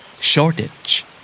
Shortage